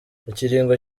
ikiringo